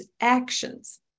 actions